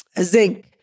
zinc